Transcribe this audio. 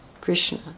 Krishna